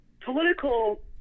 political